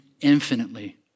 infinitely